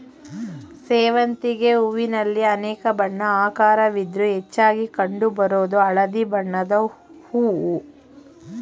ಸೇವಂತಿಗೆ ಹೂವಿನಲ್ಲಿ ಅನೇಕ ಬಣ್ಣ ಆಕಾರವಿದ್ರೂ ಹೆಚ್ಚಾಗಿ ಕಂಡು ಬರೋದು ಹಳದಿ ಬಣ್ಣದ್ ಹೂವು